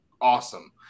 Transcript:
awesome